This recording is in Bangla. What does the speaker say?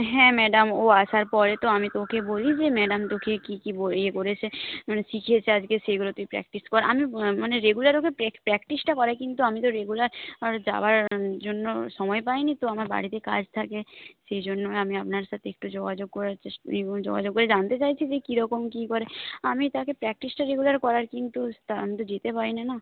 হ্যাঁ ম্যাডাম ও আসার পরে তো আমি তো ওকে বলি যে ম্যাডাম তোকে কী কী ইয়ে করেছে মানে শিখিয়েছে আজকে সেগুলো তুই প্র্যাক্টিস কর আমি মানে রেগুলার ওকে প্যা প্র্যাক্টিসটা করাই কিন্তু আমি তো রেগুলার যাওয়ার জন্য সময় পাইনি তো আমার বাড়িতে কাজ থাকে সেই জন্যই আমি আপনার সাথে একটু যোগাযোগ করার চেষ যোগাযোগ করে জানতে চাইছি যে কীরকম কী করে আমি তাকে প্র্যাক্টিসটা রেগুলার করাই কিন্তু তা আমি তো যেতে পারি না না